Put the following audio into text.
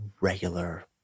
regular